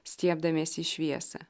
stiebdamiesi į šviesą